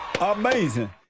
Amazing